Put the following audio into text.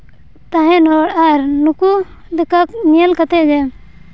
ᱛᱟᱦᱮᱱ ᱦᱚᱲ ᱟᱨ ᱱᱩᱠᱩ ᱞᱮᱠᱟ ᱧᱮᱞ ᱠᱟᱛᱮᱫ ᱜᱮ